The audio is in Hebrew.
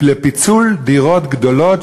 לפיצול דירות גדולות,